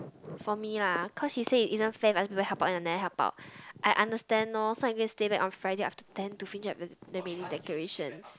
for me lah cause she say it isn't fair if other people help out and I never help out I understand orh so I going stay back on Friday after ten to finish up the remaining decorations